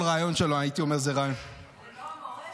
כל ראיון שלו הייתי אומר שזה ראיון --- שר המורשת.